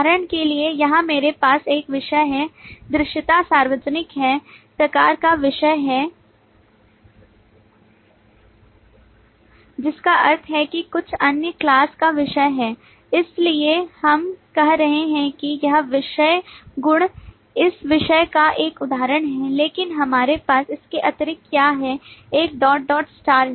उदाहरण के लिए यहां मेरे पास एक विषय है दृश्यता सार्वजनिक है प्रकार का विषय है जिसका अर्थ है कि कुछ अन्य class का विषय है इसलिए हम कह रहे हैं कि यह विषय गुण इस विषय का एक उदाहरण है लेकिन हमारे पास इसके अतिरिक्त क्या है एक डॉट डॉट स्टार